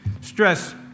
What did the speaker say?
Stress